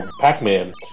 Pac-Man